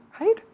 right